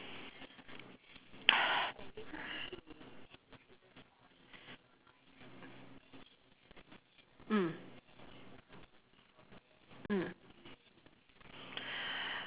mm mm